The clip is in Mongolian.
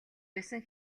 байсан